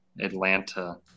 Atlanta